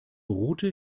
route